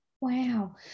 Wow